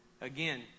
Again